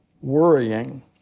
worrying